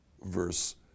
verse